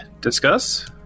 discuss